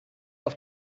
auf